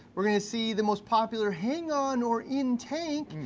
we're gonna see the most popular hang on or in tank,